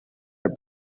are